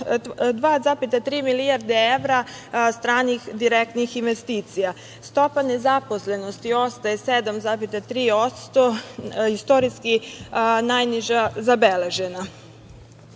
2,3 milijarde evra stranih direktnih investicija, stopa nezaposlenosti ostaje 7,3%, istorijski najniža zabeležena. Ono